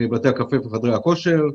בתי הקפה וחדרי הכושר.